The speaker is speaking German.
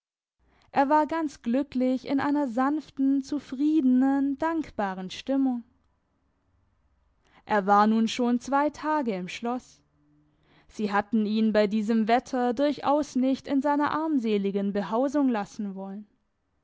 er war ganz glücklich in einer sanften zufriedenen dankbaren stimmung er war nun schon zwei tage im schloss sie hatten ihn bei diesem wetter durchaus nicht in seiner armseligen behausung lassen wollen